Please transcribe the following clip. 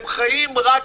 הם חיים רק